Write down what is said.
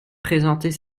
présenter